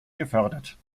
gefördert